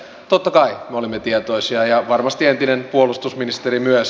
totta kai olimme tietoisia ja varmasti entinen puolustusministeri myös